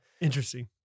Interesting